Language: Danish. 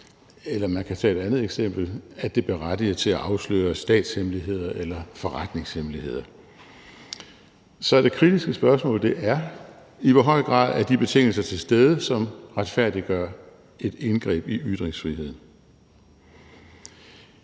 eller, man kan tage et andet eksempel, at det berettiger til at afsløre statshemmeligheder eller forretningshemmeligheder. Så det kritiske spørgsmål er: I hvor høj grad er de betingelser til stede, som retfærdiggør et indgreb i ytringsfriheden?